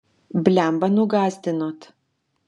blemba nugąsdinot